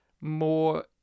more